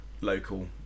local